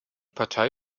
partei